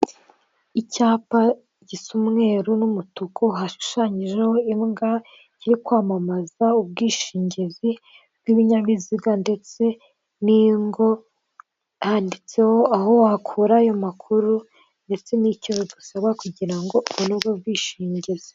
Icyapa gisa umweru n'umutuku, hashushanyijeho imbwa yo kwamamaza ubwishingizi bw'ibinyabiziga ndetse n'ingo, handitseho aho wakura ayo makuru ndetse n'icyo bigusaba kugirango ubone ubwo bwishingizi.